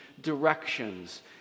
directions